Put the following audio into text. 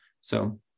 So-